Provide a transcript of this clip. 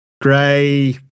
Gray